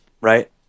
Right